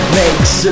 makes